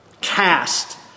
Cast